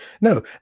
No